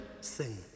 sing